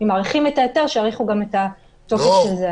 אם מאריכים את ההיתר, שיאריכו גם את התוקף של זה.